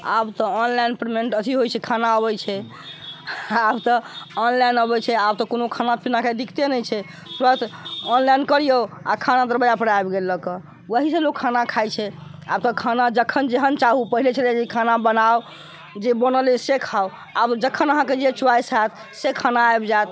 आब तऽ online payment अथि होइ छै खाना अबै छै आब तऽ ऑनलाइन अबै छै आब तऽ कोनो खाना पीनाके दिक्कते नहि छै तुरत ऑनलाइन करियौ आ खाना दरवाजा पार आबि गेल लऽ कऽ वहिसँ लोक खाना खाइ छै आब तऽ खाना जखन जेहन चाहू पहिने छलैया जे खाना बनाऊ जे बनल अछि से खाऊ आब जखन अहाँके जे च्वाइस होयत से खाना आबि जायत